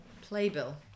playbill